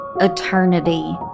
eternity